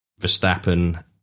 Verstappen